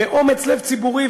אומץ לב ציבורי,